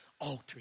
altar